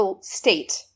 state